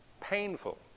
painful